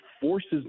forces